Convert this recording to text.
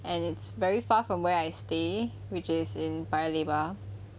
and it's very far from where I stay which is in paya lebar